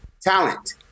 talent